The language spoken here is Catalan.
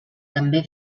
també